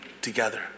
together